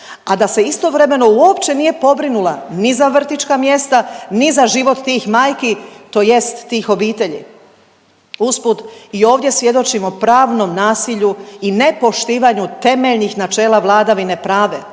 a da se istovremeno uopće nije pobrinula ni za vrtićka mjesta, ni za život tih majki tj. tih obitelji. Usput i ovdje svjedočimo pravnom nasilju i nepoštivanju temeljnih načela vladavine prave,